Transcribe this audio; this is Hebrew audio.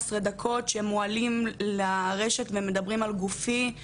ובאמת רדיפה של שנה וחצי על ידי אותו אדם.